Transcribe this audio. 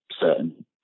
certain